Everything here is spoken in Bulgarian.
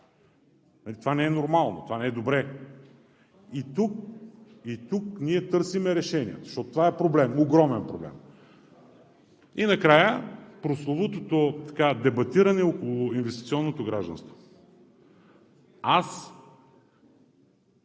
това не е нормално, това не е добре?! И тук ние търсим решение, защото това е проблем, огромен проблем. И накрая, прословутото дебатиране около инвестиционното гражданство. Аз